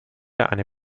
eine